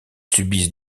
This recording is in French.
subissent